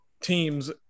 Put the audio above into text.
teams